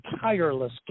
tireless